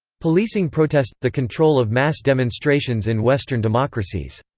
policing protest the control of mass demonstrations in western democracies.